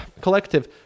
collective